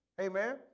Amen